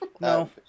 No